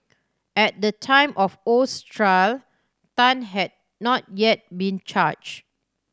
at the time of Oh's trial Tan had not yet been charge